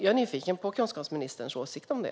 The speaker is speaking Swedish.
Jag är nyfiken på kunskapsministerns åsikt om det.